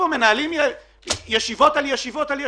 מנהלים ישיבות על ישיבות על ישיבות,